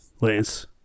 Lance